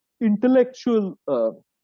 intellectual